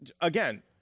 again